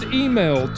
email